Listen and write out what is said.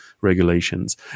regulations